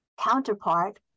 counterpart